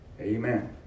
Amen